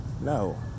No